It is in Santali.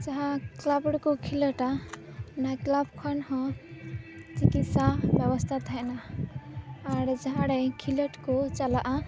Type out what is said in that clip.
ᱡᱟᱦᱟᱸ ᱠᱞᱟᱵ ᱨᱮᱠᱩ ᱠᱷᱤᱞᱟᱹᱰᱟ ᱚᱱᱟ ᱠᱞᱟᱵ ᱠᱷᱚᱱ ᱦᱚ ᱪᱤᱠᱤᱛᱥᱟ ᱵᱮᱵᱚᱥᱛᱟ ᱛᱮᱦᱮᱱᱟ ᱟᱨ ᱡᱟᱦᱟᱸᱨᱮ ᱠᱷᱤᱞᱟᱹᱰ ᱠᱚ ᱪᱟᱞᱟᱜᱼᱟ